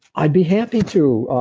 i'd be happy to.